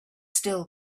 still